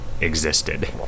existed